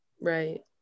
Right